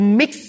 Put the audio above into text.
mix